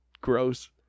gross